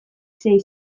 sei